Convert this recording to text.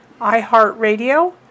iHeartRadio